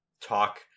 talk